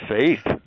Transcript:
faith